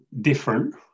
different